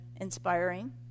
inspiring